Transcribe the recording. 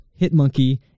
Hitmonkey